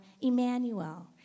Emmanuel